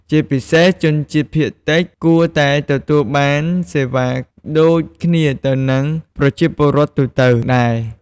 ជាពិសេសជនជាតិភាគតិចគួរតែទទួលបានសេវាដូចគ្នាទៅនឹងប្រជាពលរដ្ឋទូទៅដែរ។